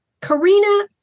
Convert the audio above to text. Karina